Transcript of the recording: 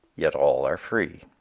yet all are free.